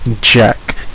Jack